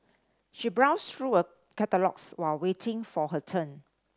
she browsed through a catalogues while waiting for her turn